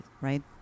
Right